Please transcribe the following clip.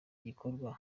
gikorwa